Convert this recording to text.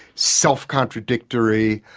self-contradictory,